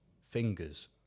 fingers